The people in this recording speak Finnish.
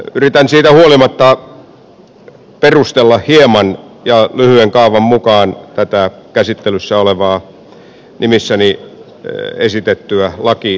yritän siitä huolimatta perustella hieman ja lyhyen kaavan mukaan tätä käsittelyssä olevaa nimissäni esitettyä lakialoitetta